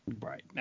right